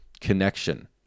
connection